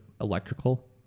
electrical